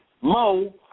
Mo